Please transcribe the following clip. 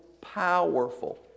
Powerful